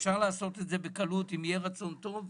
ואפשר לעשות את זה בקלות אם יהיה רצון טוב.